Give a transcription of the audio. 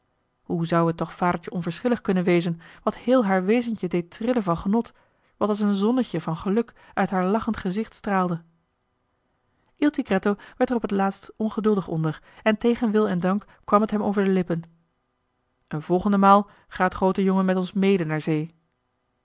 hoe zou het toch vadertje onverschillig kunnen wezen wat heel haar wezentje deed trillen van genot wat als een zonnetje van geluk uit haar lachend gezicht straalde il tigretto werd er op t laatst ongeduldig onder en tegen wil en dank kwam het hem over de lippen een volgende maal gaat groote jongen met ons mede naar zee